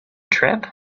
trip